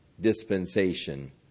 dispensation